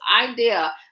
idea